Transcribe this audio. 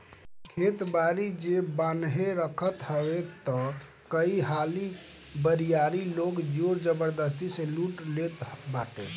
खेत बारी जे बान्हे रखत हवे तअ कई हाली बरियार लोग जोर जबरजस्ती से लूट लेट बाटे